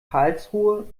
karlsruhe